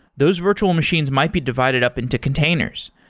those virtual machines might be divided up into containers.